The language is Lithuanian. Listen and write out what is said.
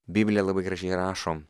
biblija labai gražiai rašo